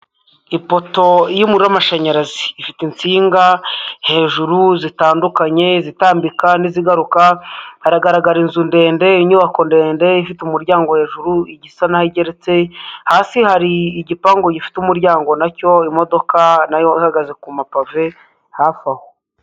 Ipoto y'umuriro w'amashanyarazi, ifite insinga hejuru zitandukanye izitambika n'izigaruka, hagaragara inzu ndende, inyubako ndende ifite umuryango hejuru isa n'aho igeretse, hasi hari igipangu gifite umuryango na cyo imodoka na yo ihagaze ku mapave hafi aho.